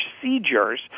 procedures